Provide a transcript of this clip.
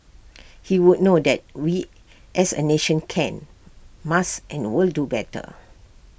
he would know that we as A nation can must and will do better